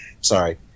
Sorry